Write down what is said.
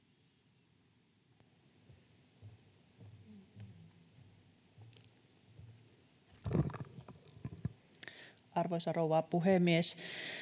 Arvoisa rouva puhemies!